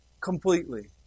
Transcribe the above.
completely